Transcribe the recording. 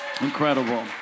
incredible